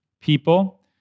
people